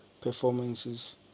performances